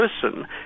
person